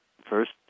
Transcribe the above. First